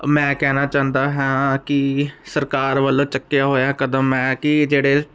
ਮੈਂ ਕਹਿਣਾ ਚਾਹੁੰਦਾ ਹਾਂ ਕਿ ਸਰਕਾਰ ਵੱਲੋਂ ਚੱਕਿਆ ਹੋਇਆ ਕਦਮ ਹੈ ਕਿ ਜਿਹੜੇ